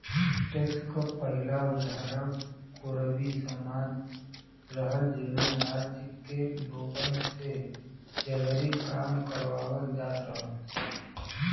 tax क पहिला उदाहरण कोरवी समाज रहल जेमन राज्य के लोगन से जबरी काम करावल जात रहल